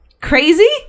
Crazy